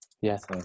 yes